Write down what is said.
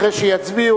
שאחרי שיצביעו,